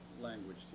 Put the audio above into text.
language